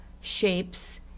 shapes